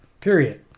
Period